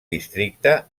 districte